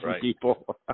people